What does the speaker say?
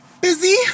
Busy